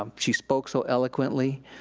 um she spoke so eloquently,